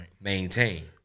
maintain